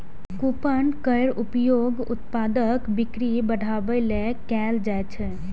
coupon केर उपयोग उत्पादक बिक्री बढ़ाबै लेल कैल जाइ छै